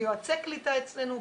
ויועצי קליטה אצלנו,